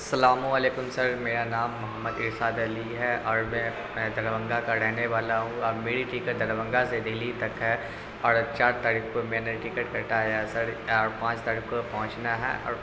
السلام علیکم سر میرا نام محمد ارساد علی ہے اور میں دربھنگا کا رہنے والا ہوں اور میری ٹکٹ دربھنگا سے دہلی تک ہے اور چار تاریخ کو میں نے ٹکٹ کٹوایا سر پانچ تاریخ کو پہنچنا ہے اور